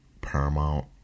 Paramount